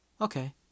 Okay